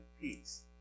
peace